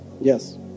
Yes